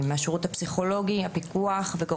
אני משה טור פז, אני פותח את הוועדה.